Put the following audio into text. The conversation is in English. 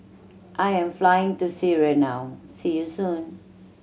I am flying to Syria now see you soon